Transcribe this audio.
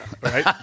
Right